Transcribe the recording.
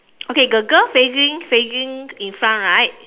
okay the girl facing facing in front right